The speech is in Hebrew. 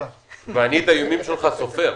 ואני את האיומים שלך סופר.